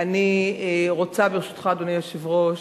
אני רוצה, ברשותך, אדוני היושב-ראש,